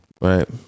Right